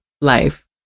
life